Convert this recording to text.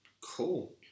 Cool